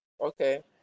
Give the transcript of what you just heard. Okay